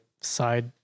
side